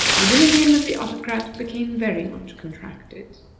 the dominion of the autocrat became very much contracted.